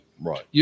Right